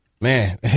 man